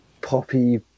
poppy